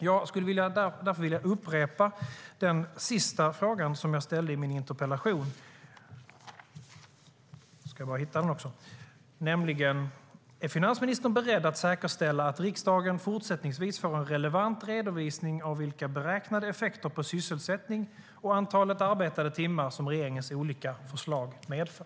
Jag skulle därför vilja upprepa den sista fråga som jag ställde i min interpellation, nämligen: Är finansministern beredd att säkerställa att riksdagen fortsättningsvis får en relevant redovisning av vilka beräknade effekter på sysselsättning och antalet arbetade timmar som regeringens olika förslag medför?